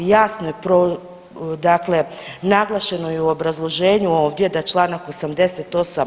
Jasno je dakle naglašeno i u obrazloženju ovdje da čl. 88.